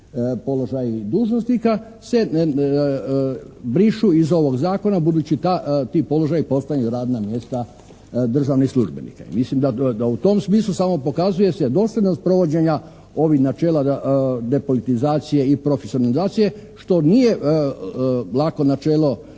položaji dužnosnika se brišu iz ovog zakona budući ti položaji postaju radna mjesta državnih službenika. Mislim da u tom smislu samo pokazuje se dosljednost provođenja ovih načela depolitizacije i profesionalizacije što nije lako načelo